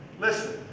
Listen